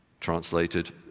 translated